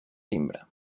timbre